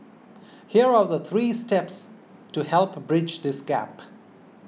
here are the three steps to help bridge this gap